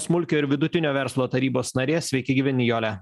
smulkio ir vidutinio verslo tarybos narė sveiki gyvi nijole